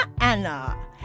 Anna